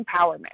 empowerment